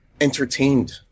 entertained